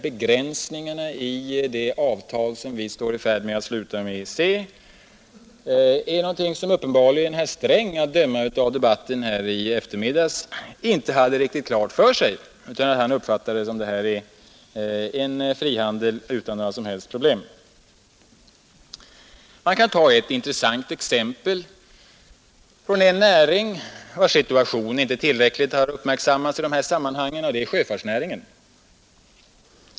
Begränsningarna i det avtal som vi nu står inför att sluta med EEC är något som herr Sträng att döma av debatten i eftermiddags inte hade riktigt klart för sig. Han uppfattade det uppenbarligen så, att det är fråga om en frihandel utan några som helst problem. Man kan ta ett intressant exempel från en näring, vars situation inte tillräckligt har uppmärksammats i dessa sammanhang, nämligen sjöfartsnäringen.